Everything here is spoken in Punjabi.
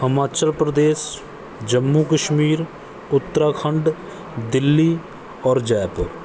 ਹਿਮਾਚਲ ਪ੍ਰਦੇਸ਼ ਜੰਮੂ ਕਸ਼ਮੀਰ ਉੱਤਰਾਖੰਡ ਦਿੱਲੀ ਔਰ ਜੈਪੁਰ